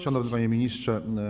Szanowny Panie Ministrze!